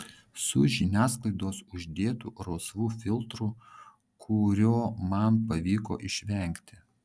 su žiniasklaidos uždėtu rausvu filtru kurio man pavyko išvengti